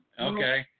Okay